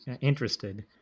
interested